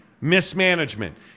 mismanagement